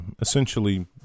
essentially